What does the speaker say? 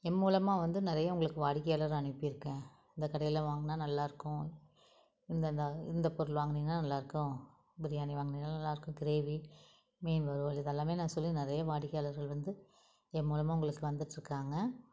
எம்மூலமாக வந்து நிறையா உங்களுக்கு வாடிக்கையாளரை அனுப்பியிருக்கேன் இந்த கடையில் வாங்குனால் நல்லாயிருக்கும் இந்த இந்த இந்த பொருள் வாங்குனீங்கன்னா நல்லாயிருக்கும் பிரியாணி வாங்குனீங்கன்னால் நல்லாயிருக்கும் கிரேவி மீன் வறுவல் இது எல்லாமே நான் சொல்லி நிறைய வாடிக்கையாளர்கள் வந்து எம்மூலமாக உங்களுக்கு வந்துகிட்ருக்காங்க